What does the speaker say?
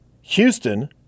Houston